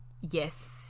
yes